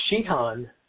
Shihan